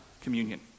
Communion